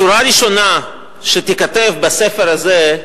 השורה הראשונה שתיכתב בספר הזה,